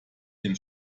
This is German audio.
den